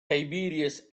tiberius